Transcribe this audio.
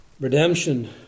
redemption